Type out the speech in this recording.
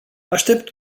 aștept